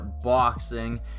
boxing